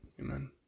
Amen